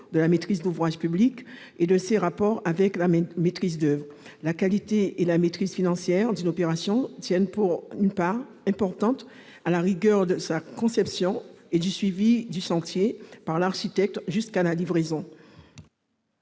de la maîtrise d'ouvrage publique et de ses rapports avec la maîtrise d'oeuvre. La qualité et la maîtrise financière d'une opération tiennent pour une part importante à la rigueur de sa conception et du suivi du chantier par l'architecte jusqu'à la livraison.